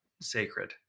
sacred